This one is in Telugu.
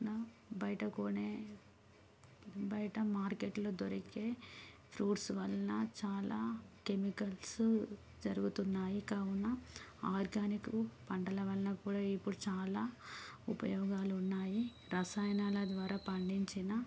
బయట కోనే బయట మార్కెట్లో దొరికే ఫ్రూట్స్ వలన చాలా కెమికల్స్ జరుగుతున్నాయి కావున ఆర్గానిక్ పంటల వల్ల కూడా ఇప్పుడు చాలా ఉపయోగాలు ఉన్నాయి రసాయనాల ద్వారా పండించిన